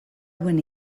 duen